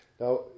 Now